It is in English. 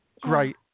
Great